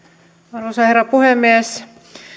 arvoisa herra puhemies